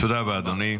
תודה רבה, אדוני.